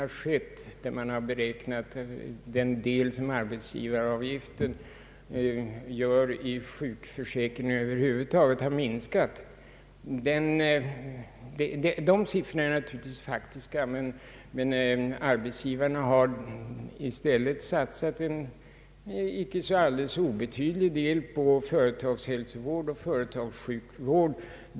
Orsaken till denna höjning är att det bidrag arbetsgivaravgifterna lämnat till läkarvårdsoch sjukhusförmånerna över huvud taget relativt sett har minskat. Dessa siffror är naturligtvis rent faktiska, men arbetsgivarna har i stället satsat en icke så obetydlig del på företagshälsovård och företagssjukvård.